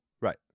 right